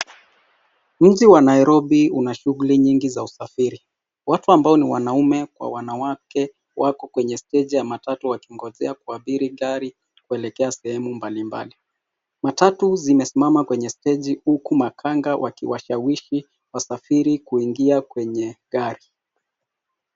Mji wa Nairobi una shughuli nyingi za usafiri. Watu ambao ni wanaume kwa wanawake wako kwenye steji ya matatu, wakingojea kuabiri gari kuelekea sehemu mbalimbali. Matatu zimesimama kwenye steji, huku makanga wakiwashawishi wasafiri kuingia kwenye gari.